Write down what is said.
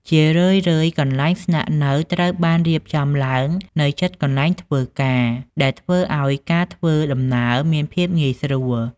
ជារឿយៗ កន្លែងស្នាក់នៅត្រូវបានរៀបចំឡើងនៅជិតកន្លែងធ្វើការ ដែលធ្វើឱ្យការធ្វើដំណើរមានភាពងាយស្រួល ។